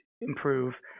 improve